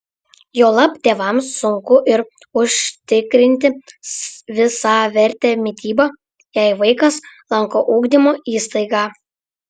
juolab tėvams sunku ir užtikrinti visavertę mitybą jei vaikas lanko ugdymo įstaigą